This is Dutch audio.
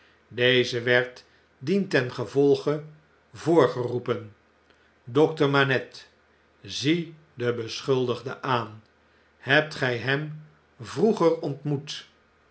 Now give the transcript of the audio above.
deze werd dientengevolge voorgeroepen dokter manette zie den beschuldigde aan hebt gij hem vroeger ontmoet